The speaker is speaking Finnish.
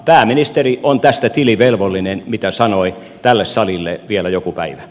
pääministeri on tästä tilivelvollinen mitä sanoi tälle salille vielä joku päivä